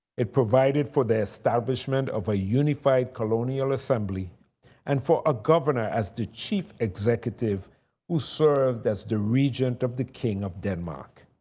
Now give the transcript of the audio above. it provided for the establishment of a unified colonial assembly and for a governor as the chief executive who served as the regent of the king of denmark.